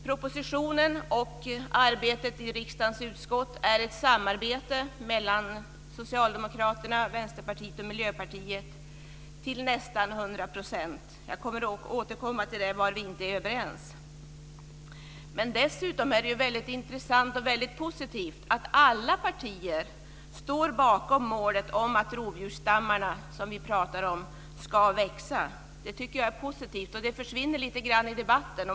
Propositionen och arbetet i riksdagens utskott är ett samarbete mellan Socialdemokraterna, Vänsterpartiet och Miljöpartiet till nästan 100 %. Jag ska återkomma till det där vi inte är överens. Dessutom är det väldigt intressant och positivt att alla partier står bakom målet om att rovdjursstammarna ska växa. Det tycker jag som sagt är positivt, men det försvinner lite grann i debatten.